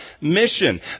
mission